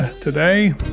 today